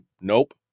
nope